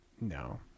no